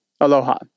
Aloha